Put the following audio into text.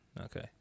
Okay